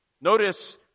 Notice